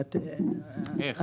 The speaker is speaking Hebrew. איך?